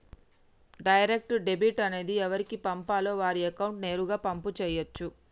direct debit అనేది ఎవరికి పంపాలో వారి అకౌంట్ నేరుగా పంపు చేయచ్చు